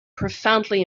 profoundly